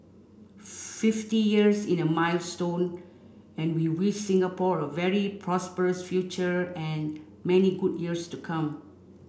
fifty years in a milestone and we wish Singapore a very prosperous future and many good years to come